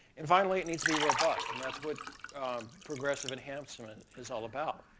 and finally it needs to be robust, and that's what progressive enhancement is all about.